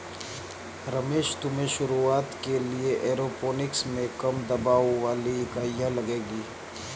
रमेश तुम्हें शुरुआत के लिए एरोपोनिक्स में कम दबाव वाली इकाइयां लगेगी